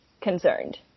concerned